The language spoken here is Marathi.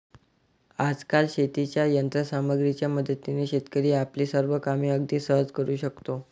आजकाल शेतीच्या यंत्र सामग्रीच्या मदतीने शेतकरी आपली सर्व कामे अगदी सहज करू शकतो